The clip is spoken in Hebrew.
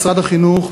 משרד החינוך,